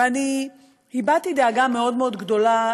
ואני הבעתי דאגה מאוד מאוד גדולה,